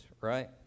right